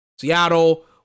Seattle